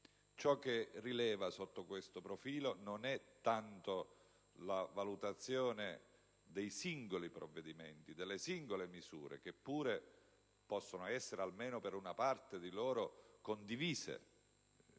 Ciò che rileva, sotto questo profilo, non è tanto la valutazione dei singoli provvedimenti e delle singole misure che pure possono essere, almeno per una parte di loro, condivise: